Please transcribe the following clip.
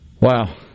wow